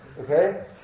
Okay